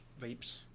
Vapes